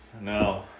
No